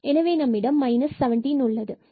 எனவே நம்மிடம் 17 உள்ளது